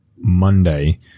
Monday